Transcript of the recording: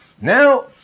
Now